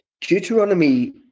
Deuteronomy